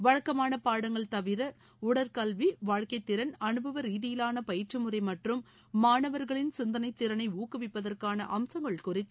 வழக்கமான பாடங்கள் தவிர உடற்கல்வி வாழ்க்கைத் திறன் அனுபவ ரீதியிவாள பயிற்று முறை மற்றும் மாணவர்களின் சிந்தனைத் திறனை ஊக்குவிப்பதற்காள அம்சங்கள் குறித்து